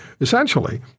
essentially